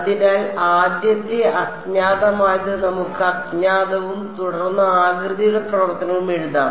അതിനാൽ ആദ്യത്തെ അജ്ഞാതമായത് നമുക്ക് അജ്ഞാതവും തുടർന്ന് ആകൃതിയുടെ പ്രവർത്തനവും എഴുതാം